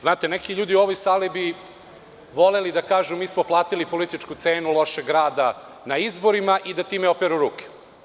Znate, neki ljudi u ovoj sali bi voleli da kažu – mi smo platili političku cenu lošeg rada na izborima i da time operu ruke.